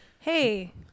Hey